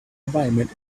environment